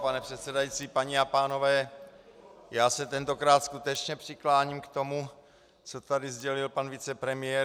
Pane předsedající, paní a pánové, já se tentokrát skutečně přikláním k tomu, co tady sdělil pan vicepremiér.